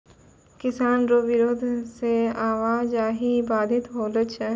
किसानो रो बिरोध से आवाजाही बाधित होलो छै